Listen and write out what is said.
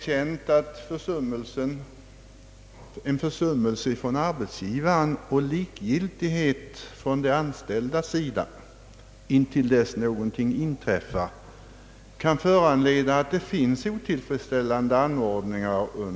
En försummelse från arbetsgivaren och likgiltighet från de anställdas sida intill dess någonting inträffar, kan ibland föranleda att man under lång tid arbetar med otillfredsställande anordningar.